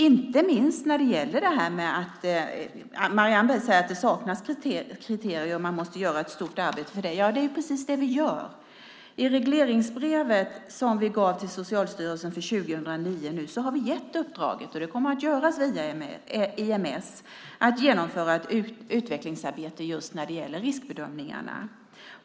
Marianne Berg säger att det saknas kriterier och att man måste göra ett stort arbete där. Det är precis det vi gör. I regleringsbrevet till Socialstyrelsen för 2009 har vi gett uppdraget, och det kommer att göras via IMS, att utföra ett utvecklingsarbete just när det gäller riskbedömningarna.